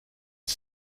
sie